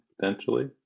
potentially